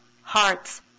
hearts